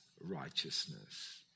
righteousness